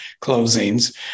closings